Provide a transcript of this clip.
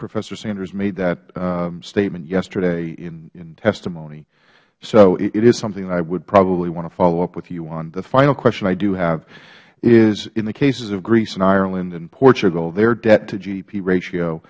professor sanders made that statement yesterday in testimony so it is something that i would probably want to follow up with you on the final question i do have is in the cases of greece and ireland and portugal their debttogdp ratio